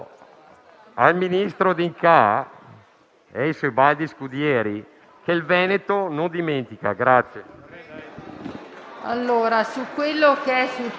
in questa Aula più volte si è fatto riferimento ai principi fondamentali che presiedono